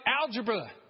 algebra